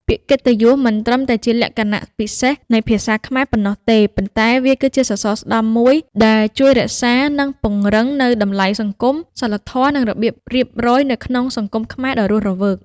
ពាក្យកិត្តិយសមិនត្រឹមតែជាលក្ខណៈពិសេសនៃភាសាខ្មែរប៉ុណ្ណោះទេ ប៉ុន្តែវាគឺជាសរសរស្តម្ភមួយដែលជួយរក្សា និងពង្រឹងនូវតម្លៃសង្គម សីលធម៌ និងរបៀបរៀបរយនៅក្នុងសង្គមខ្មែរដ៏រស់រវើក។